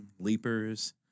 Leapers